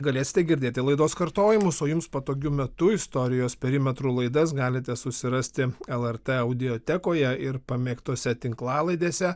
galėsite girdėti laidos kartojimus o jums patogiu metu istorijos perimetrų laidas galite susirasti lrt audiotekoje ir pamėgtose tinklalaidėse